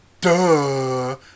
Duh